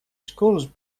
schools